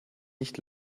nicht